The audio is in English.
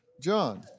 John